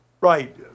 Right